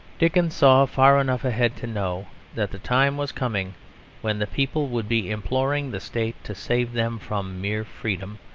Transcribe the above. dickens saw far enough ahead to know that the time was coming when the people would be imploring the state to save them from mere freedom,